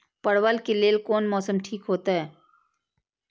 परवल के लेल कोन मौसम ठीक होते?